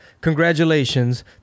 congratulations